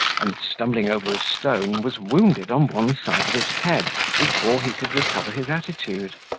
and, stumbling over a stone, was wounded on one side of his head before he could recover his attitude.